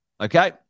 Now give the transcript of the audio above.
okay